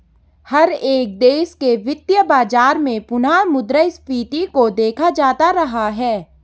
हर एक देश के वित्तीय बाजार में पुनः मुद्रा स्फीती को देखा जाता रहा है